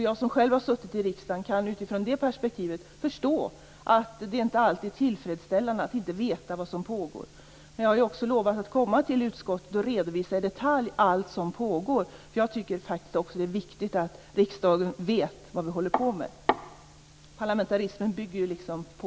Jag som själv har suttit i riksdagen kan förstå att det inte är tillfredsställande att där inte alltid veta vad som pågår, men jag har lovat att komma till utskottet och i detalj redovisa allt vad som pågår. Jag tycker att det är viktigt att riksdagen vet vad vi håller på med. Det är ju det som parlamentarismen bygger på.